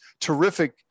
terrific